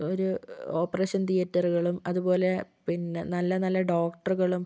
ഒരു ഓപ്പറേഷൻ തിയേറ്ററുകളും അതുപോലെ പിന്നെ നല്ല നല്ല ഡോക്ടറുകളും